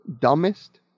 dumbest